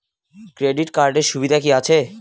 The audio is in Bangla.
ক্রেডিট কার্ডের সুবিধা কি আছে?